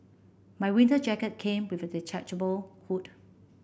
my winter jacket came with a detachable hood